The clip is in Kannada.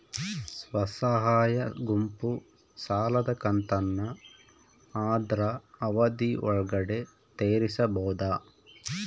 ಸ್ವಸಹಾಯ ಗುಂಪು ಸಾಲದ ಕಂತನ್ನ ಆದ್ರ ಅವಧಿ ಒಳ್ಗಡೆ ತೇರಿಸಬೋದ?